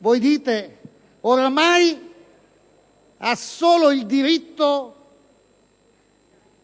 voi dite, ormai ha solo il diritto